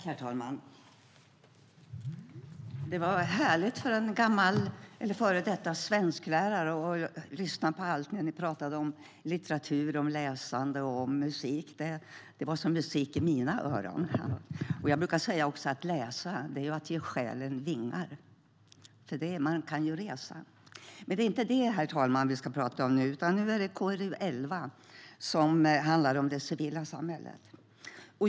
Herr talman! Det är härligt för en före detta svensklärare att lyssna på det som ni pratade om när det gäller litteratur och läsande. Det var som musik i mina öron. Jag brukar säga: Att läsa är som att ge själen vingar. Man kan ju resa också. Men det är inte det som vi ska diskutera nu. Nu behandlas KrU11 som handlar om det civila samhället.